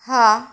હા